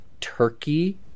Turkey